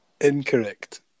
Incorrect